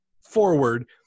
forward